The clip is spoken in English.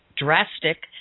drastic